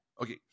Okay